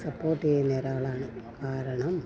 support ചെയ്യുന്നൊരാളാണ് കാരണം